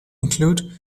include